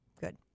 Good